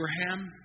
Abraham